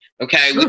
Okay